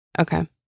okay